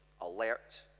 alert